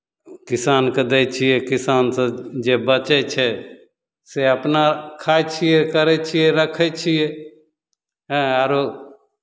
किसानकेँ दै छियै किसानसँ जे बचै छै से अपना खाइ छियै करै छियै रखै छियै एँ आरो